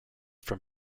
from